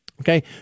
Okay